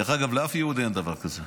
דרך אגב, לאף יהודי אין דבר כזה,